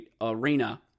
Arena